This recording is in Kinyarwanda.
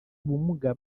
ubumuga